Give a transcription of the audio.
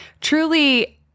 truly